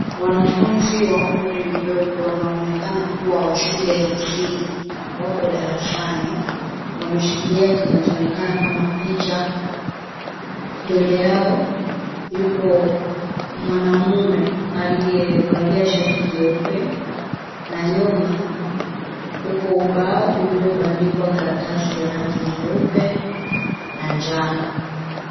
Wanafunzi wa umri mdogo wanaoonekana kuwa wa shule ya msingi wako darasani. Wameshikilia kinachoonekana kama picha. Mbele yao yupo mwanamume aliyevalia shati jeupe, na nyuma upo ubao uliobadikwa karatasi ya rangi nyeupe na njano.